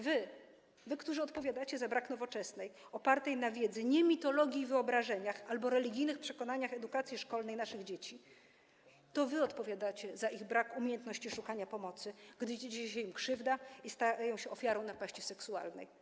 Wy, którzy odpowiadacie za brak nowoczesnej, opartej na wiedzy, nie mitologii i wyobrażeniach albo religijnych przekonaniach, edukacji szkolnej naszych dzieci, odpowiadacie za ich brak umiejętności szukania pomocy, gdy dzieje się im krzywda i stają się ofiarą napaści seksualnej.